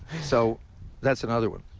so that's another one.